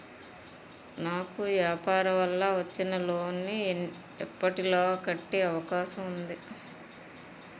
నాకు వ్యాపార వల్ల వచ్చిన లోన్ నీ ఎప్పటిలోగా కట్టే అవకాశం ఉంది?